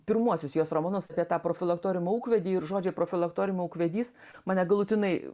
pirmuosius jos romanus apie tą profilaktoriumo ūkvedį ir žodžiai profilaktoriumo ūkvedys mane galutinai